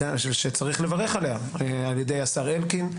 שצריך לברך עליה, על ידי השר אלקין,